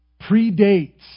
predates